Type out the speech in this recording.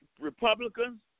Republicans